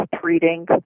treating